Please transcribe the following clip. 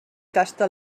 tasta